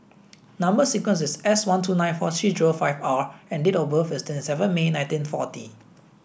number sequence is S one two nine four three zero five R and date of birth is twenty seven May nineteen forty